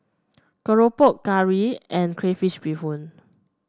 keropok curry and Crayfish Beehoon